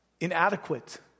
inadequate